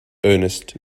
ernest